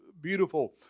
beautiful